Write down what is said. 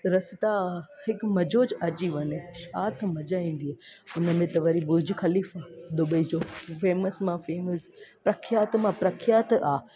रस्ता हिक मज़ो अची वञे छा त मज़ा ईंदी उनमें त वरी बुर्ज खलीफ़ा दुबई जो फेमस मां फेमस त प्रख्यात मां प्रख्यात आहे